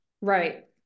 Right